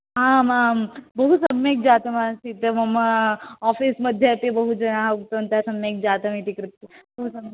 आम् आम् बहु सम्यक् जातम् आसीत् मम ऑफिस् मध्ये अपि बहु जनाः उक्तवन्तः सम्यक् जातम् इति कृत्